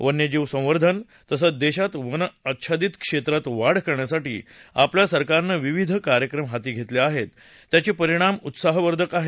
वन्यजीव संवर्धन तसंच देशात वन अच्छादीत क्षेत्रात वाढ करण्यासाठी आपल्या सरकरानं विविध उपक्रम हाती घेतले त्याचे परिणाम उत्साहवर्घक आहेत